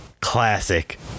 classic